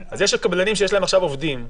יש קבלנים שיש להם עכשיו עובדים,